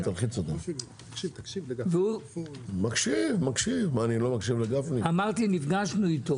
והוא אמר לנו לא,